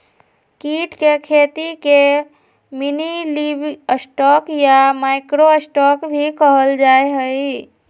कीट के खेती के मिनीलिवस्टॉक या माइक्रो स्टॉक भी कहल जाहई